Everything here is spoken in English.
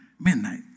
midnight